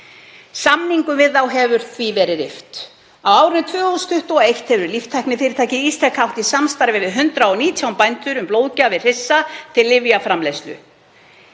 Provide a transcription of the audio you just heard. Samningum við þá hefur því verið rift. Á árinu 2021 hefur líftæknifyrirtækið Ísteka átt í samstarfi við 119 bændur um blóðgjafir hryssa til lyfjaframleiðslu.“